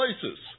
places